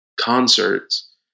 concerts